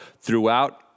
throughout